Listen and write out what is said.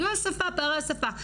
בגלל פערי השפה.